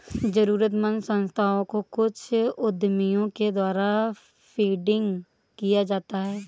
जरूरतमन्द संस्थाओं को कुछ उद्यमियों के द्वारा फंडिंग किया जाता है